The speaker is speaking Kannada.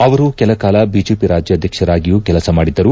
ಅವರು ಕೆಲಕಾಲ ಬಿಜೆಪಿ ರಾಜ್ಯಾಧ್ಯಕ್ಷರಾಗಿಯೂ ಕೆಲಸ ಮಾಡಿದ್ದರು